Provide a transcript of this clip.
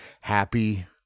happy